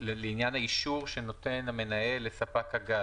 לעניין האישור שנותן המנהל לספק הגז.